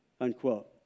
unquote